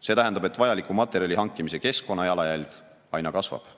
See tähendab, et vajaliku materjali hankimise keskkonnajalajälg aina kasvab.